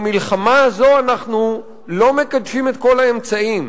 במלחמה הזאת אנחנו לא מקדשים את כל האמצעים.